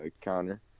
counter